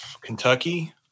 Kentucky